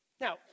Now